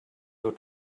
your